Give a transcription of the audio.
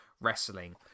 wrestling